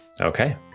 Okay